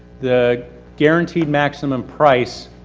the guaranteed maximum price,